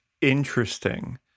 Interesting